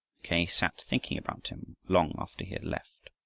mackay sat thinking about him long after he had left.